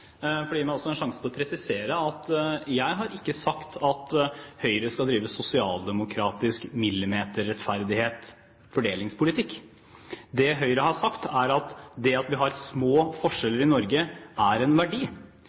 fordi det gir meg en sjanse til å presisere at jeg ikke har sagt at Høyre skal føre en sosialdemokratisk millimeterrettferdig fordelingspolitikk. Det Høyre har sagt, er at det at vi har små forskjeller i Norge, er en verdi.